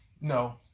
No